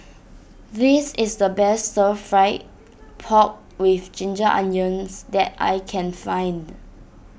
this is the best Stir Fry Pork with Ginger Onions that I can find